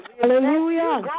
hallelujah